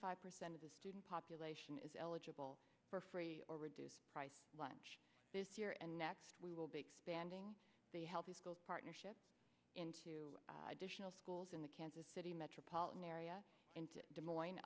five percent of the student population is eligible for free or reduced price lunch this year and next we will be expanding the healthy school partnership in two additional schools in the kansas city metropolitan area into des moines